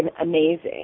amazing